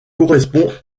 correspond